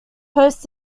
post